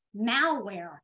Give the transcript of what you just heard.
malware